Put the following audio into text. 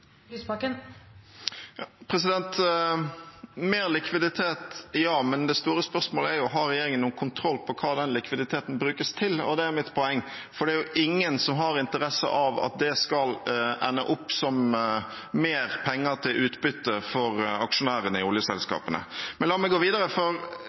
Mer likviditet, ja, men det store spørsmålet er om regjeringen har kontroll på hva den likviditeten brukes til. Det er mitt poeng, for det er ingen som har interesse av at det skal ende opp som mer penger til utbytte for aksjonærene i oljeselskapene. Men la meg gå videre, for